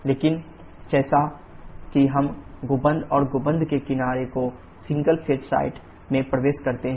लेकिन जैसे ही हम गुंबद या गुंबद के किनारे को सिंगल फ़ेज़ साइड में प्रवेश करते हैं